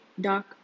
dark